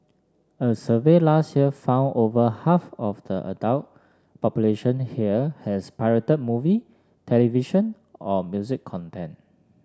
a survey last year found over half of the adult population here has pirated movie television or music content